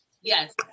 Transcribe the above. Yes